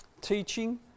Teaching